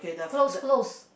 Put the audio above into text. close close